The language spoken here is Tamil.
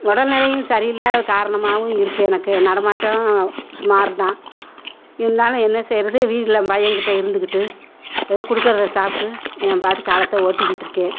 உடல் நிலையும் சரியில்லாத காரணமாகவும் இருக்குது எனக்கு நடமாட்டம் சுமார் தான் இருந்தாலும் என்ன செய்யறது வீட்டில் பையன்கிட்ட இருந்துக்கிட்டு ஏதோ கொடுக்கறத சாப்பிட்டு என் பாட்டுக்கு காலத்தை ஒட்டிக்கிட்டிருக்கேன்